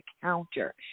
counter